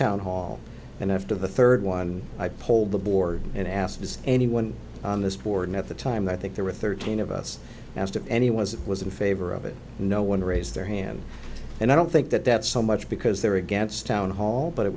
town hall and after the third one i polled the board and asked does anyone on this board at the time i think there were thirteen of us asked if any was it was in favor of it no one raised their hand and i don't think that that's so much because they're against town hall but it